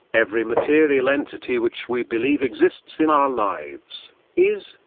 every material entity which we believe exists in our lives is,